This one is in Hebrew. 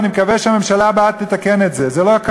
אני מקווה שהממשלה הבאה תתקן את זה.